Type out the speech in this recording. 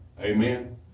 Amen